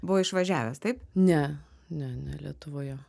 buvo išvažiavęs taip ne ne ne lietuvoje